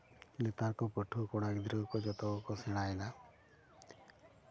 ᱱᱮᱛᱟᱨ ᱠᱚ ᱯᱟᱹᱴᱷᱩᱣᱟᱹ ᱠᱚᱲᱟ ᱜᱤᱫᱽᱨᱟᱹ ᱠᱚ ᱡᱚᱛᱚ ᱜᱮᱠᱚ ᱥᱮᱲᱟᱭᱮᱫᱟ